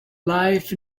life